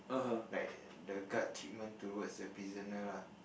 like the guard treatment toward the prisoner lah